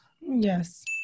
Yes